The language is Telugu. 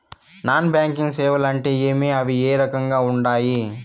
నాన్ బ్యాంకింగ్ సేవలు అంటే ఏమి అవి ఏ రకంగా ఉండాయి